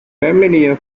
familiar